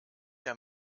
der